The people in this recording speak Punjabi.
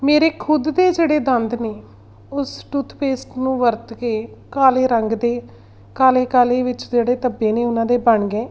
ਮੇਰੇ ਖੁਦ ਦੇ ਜਿਹੜੇ ਦੰਦ ਨੇ ਉਸ ਟੁੱਥਪੇਸਟ ਨੂੰ ਵਰਤ ਕੇ ਕਾਲੇ ਰੰਗ ਦੇ ਕਾਲੇ ਕਾਲੇ ਵਿੱਚ ਜਿਹੜੇ ਧੱਬੇ ਨੇ ਉਹਨਾਂ ਦੇ ਬਣ ਗਏ